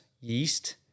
yeast